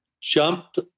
jumped